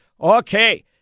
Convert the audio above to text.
Okay